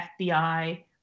fbi